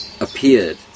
appeared